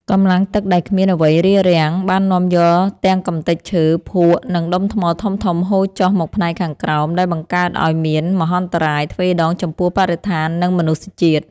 កម្លាំងទឹកដែលគ្មានអ្វីរារ៉ាំង បាននាំយកទាំងកម្ទេចឈើ ភក់ និងដុំថ្មធំៗហូរចុះមកផ្នែកខាងក្រោម ដែលបង្កើតឱ្យមានមហន្តរាយទ្វេដងចំពោះបរិស្ថាន និងមនុស្សជាតិ។